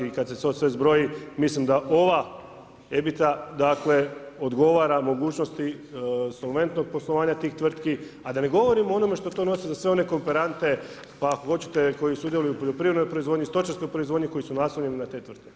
I kad se to sve zbroji, mislim da ova ... dakle, odgovara mogućnosti solventnog poslovanja tih tvrtki, a da ne govorimo o onome što to nosi za sve one kooperante, pa ako hoćete koji sudjeluju u poljoprivrednoj proizvodnji, stočarskoj proizvodnji koji su naslonjeni na te tvrtke.